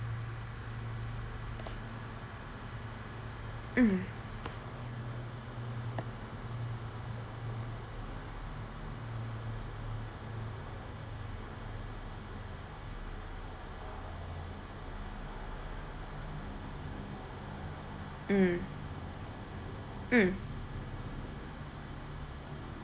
mm mm mm